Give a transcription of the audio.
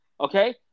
Okay